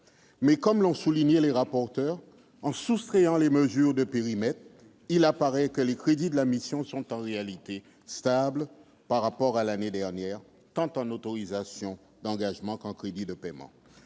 Mais, comme l'ont souligné les rapporteurs, en soustrayant les mesures de périmètre, il apparaît que les crédits de la mission sont en réalité stables, tant en autorisations d'engagement qu'en crédits de paiement.